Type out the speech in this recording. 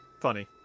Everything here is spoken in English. Funny